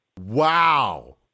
Wow